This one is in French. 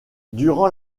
durant